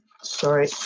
sorry